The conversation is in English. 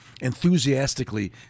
enthusiastically